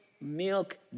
milk